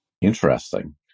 interesting